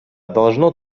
должно